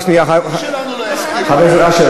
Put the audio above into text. אם אנחנו נרצה,